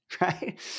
right